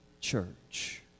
church